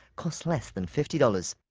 cost less than fifty dollars.